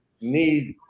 need